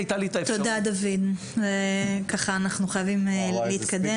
תודה, דוד, אנחנו חייבים להתקדם.